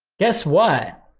guess what?